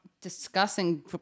discussing